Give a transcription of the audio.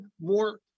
more